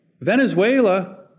Venezuela